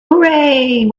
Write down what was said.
hooray